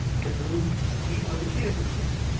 to whom she owed everything,